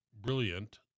brilliant